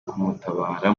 kumutabara